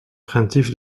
craintif